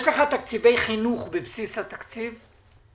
יש לך תקציבי חינוך בבסיס התקציב?